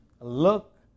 look